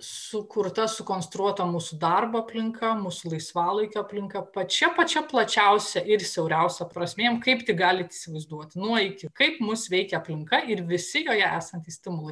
sukurta sukonstruota mūsų darbo aplinka mūsų laisvalaikio aplinka pačia pačia plačiausia ir siauriausia prasmėm kaip tik galit įsivaizduoti nuo iki kaip mus veikia aplinka ir visi joje esantys stimulai